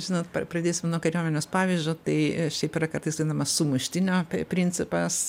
žinot par pradėsim nuo kariuomenės pavyzdžio tai šiaip yra kartais vadinamas sumuštinio principas